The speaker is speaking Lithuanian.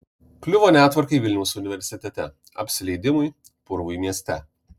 kliuvo netvarkai vilniaus universitete apsileidimui purvui mieste